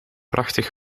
prachtig